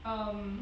um